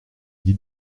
dit